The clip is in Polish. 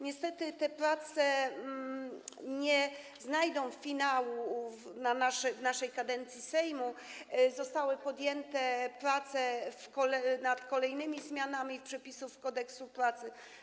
Niestety te prace nie znajdą finału w naszej kadencji Sejmu, zostały podjęte prace nad kolejnymi zmianami przepisów Kodeksu pracy.